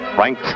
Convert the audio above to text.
Frank